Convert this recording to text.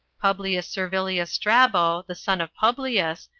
publius servilius strabo, the son of publius,